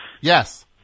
Yes